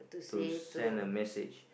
to send a message